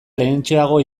lehentxeago